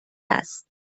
است